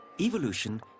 Evolution